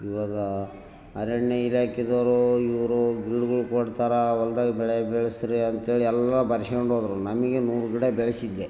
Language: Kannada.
ಇವಾಗ ಅರಣ್ಯ ಇಲಾಖೆದವ್ರು ಇವರು ಗಿಡಗುಳ್ ಕೊಡ್ತಾರ ಹೊಲ್ಡಾಗ ಬೆಳೆ ಬೆಳೆಸಿರಿ ಅಂತೇಳಿ ಎಲ್ಲ ಬರೆಸ್ಕೊಂಡ್ ಹೋದರು ನಮಗೆ ನೂರು ಗಿಡ ಬೆಳೆಸಿದ್ದೆ